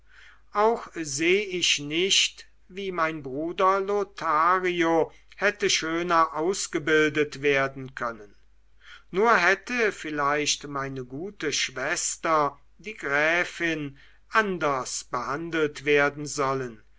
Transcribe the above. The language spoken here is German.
auch seh ich nicht wie mein bruder lothario hätte schöner ausgebildet werden können nur hätte vielleicht meine gute schwester die gräfin anders behandelt werden sollen